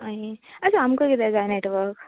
आनी आसू आमकां किरयाक जाय नेटवर्क